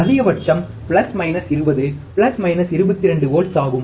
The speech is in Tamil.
அதிகபட்சம் plus minus 20 plus minus 22 volts ஆகும்